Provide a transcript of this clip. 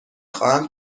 خواهم